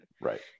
Right